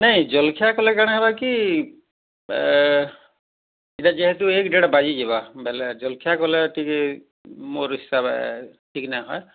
ନାଇଁ ଜଲଖିଆ କଲେ କାଣା ହବା କି ଏଟା ଯେହେତୁ ଏକ ଦେଢ଼ ବାଜିଯିବ ବେଲେ ଜଳଖିଆ କଲେ ଟିକେ ମୋର ହିସାବେ ଠିକ ନହି ହଏ